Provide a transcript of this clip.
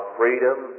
freedom